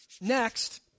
next